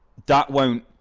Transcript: that won't